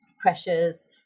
pressures